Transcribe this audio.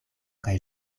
kaj